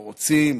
או רוצים,